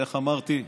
ואיך אמרתי,